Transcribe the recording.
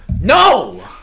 no